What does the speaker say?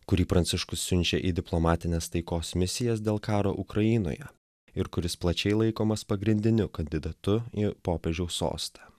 kurį pranciškus siunčia į diplomatines taikos misijas dėl karo ukrainoje ir kuris plačiai laikomas pagrindiniu kandidatu į popiežiaus sostą